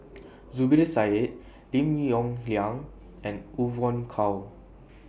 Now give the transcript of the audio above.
Zubir Said Lim Yong Liang and Evon Kow